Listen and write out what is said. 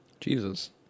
Jesus